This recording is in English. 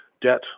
debt